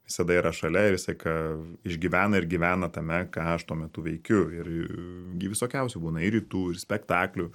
visada yra šalia ir visą laiką išgyvena ir gyvena tame ką aš tuo metu veikiu ir visokiausių būna ir rytų ir spektaklių